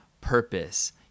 purpose